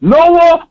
Noah